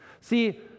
See